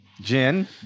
Jen